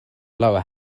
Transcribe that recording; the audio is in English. lower